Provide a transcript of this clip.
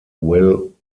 will